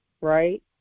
right